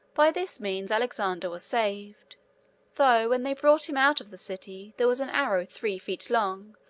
by this means alexander was saved though, when they brought him out of the city, there was an arrow three feet long,